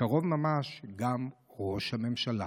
ובקרוב ממש גם ראש הממשלה.